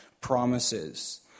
promises